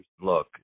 Look